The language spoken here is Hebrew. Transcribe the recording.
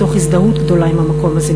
מתוך הזדהות גדולה עם המקום הזה,